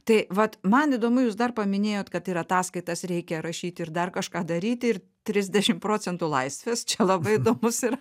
tai vat man įdomu jūs dar paminėjot kad ir ataskaitas reikia rašyti ir dar kažką daryti ir trisdešim procentų laisvės čia labai įdomus yra